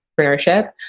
entrepreneurship